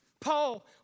Paul